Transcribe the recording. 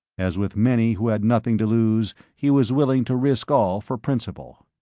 as with many who have nothing to lose, he was willing to risk all for principle.